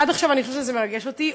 עד עכשיו אני חושבת שזה מרגש אותי,